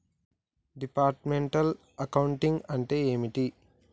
Departmental accounting అంటే ఏమిటి?